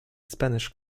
spanish